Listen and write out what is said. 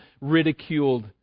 ridiculed